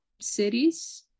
cities